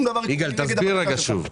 יגאל, תסביר שוב.